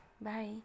Bye